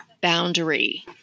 boundary